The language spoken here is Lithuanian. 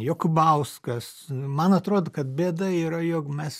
jokubauskas man atrodo kad bėda yra jog mes